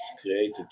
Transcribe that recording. created